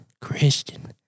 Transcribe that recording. Christian